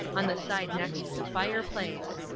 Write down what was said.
on the side next the fireplace.